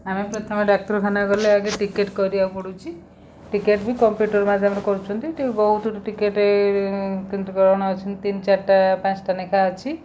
ଆମେ ପ୍ରଥମେ ଡାକ୍ତରଖାନା ଗଲେ ଆଗେ ଟିକେଟ୍ କରିବାକୁ ପଡ଼ୁଛି ଟିକେଟ୍ ବି କମ୍ପ୍ୟୁଟର୍ ମାଧ୍ୟମରେ କରୁଛନ୍ତି ଟିକେ ବହୁତ ଟିକେଟେ ତିନି ଚାରିଟା ପାଞ୍ଚଟା ନେଖା ଅଛି